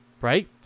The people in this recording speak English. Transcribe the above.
Right